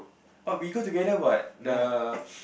but we go together what the